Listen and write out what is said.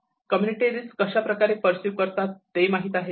community risk कशाप्रकारे perceive करतात ते माहित आहे का